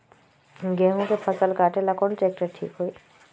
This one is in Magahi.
गेहूं के फसल कटेला कौन ट्रैक्टर ठीक होई?